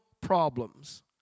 problems